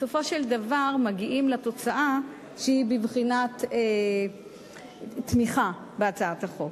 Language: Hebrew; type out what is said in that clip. בסופו של דבר מגיעים לתוצאה שהיא בבחינת תמיכה בהצעת החוק.